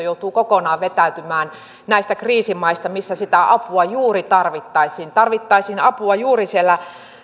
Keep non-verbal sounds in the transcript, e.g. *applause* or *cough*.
*unintelligible* joutuu kokonaan vetäytymään näistä kriisimaista missä sitä apua juuri tarvittaisiin tarvittaisiin apua juuri siellä